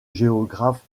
géographe